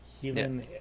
human